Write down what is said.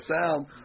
sound